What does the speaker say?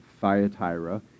Thyatira